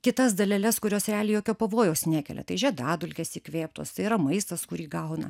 kitas daleles kurios realiai jokio pavojaus nekelia tai žiedadulkės įkvėptos tai yra maistas kurį gauna